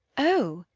oh,